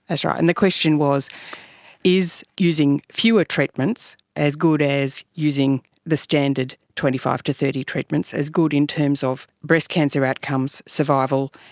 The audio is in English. right. and the question was is using fewer treatments as good as using the standard twenty five to thirty treatments, as good in terms of breast cancer outcomes, survival,